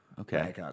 Okay